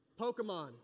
Pokemon